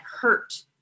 hurt